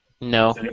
No